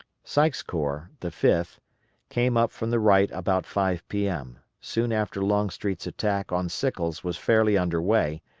sykes' corps the fifth came up from the right about five p m, soon after longstreet's attack on sickles was fairly under way,